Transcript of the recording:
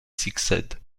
succède